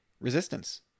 Resistance